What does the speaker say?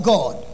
God